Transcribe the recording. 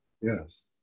yes